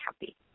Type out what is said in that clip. happy